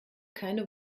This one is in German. keine